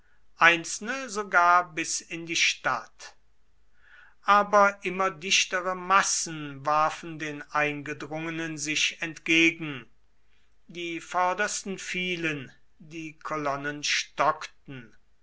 einzelne sogar bis in die stadt aber immer dichtere massen warfen den eingedrungenen sich entgegen die vordersten fielen die kolonnen stockten